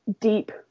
deep